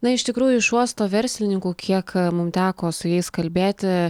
na iš tikrųjų iš uosto verslininkų kiek mum teko su jais kalbėti